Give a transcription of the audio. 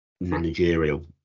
managerial